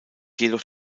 jedoch